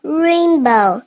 rainbow